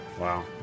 Wow